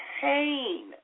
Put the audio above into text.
pain